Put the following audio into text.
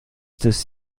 des